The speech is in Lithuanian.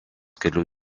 kelių